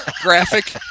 graphic